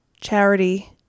charity